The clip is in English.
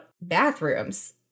bathrooms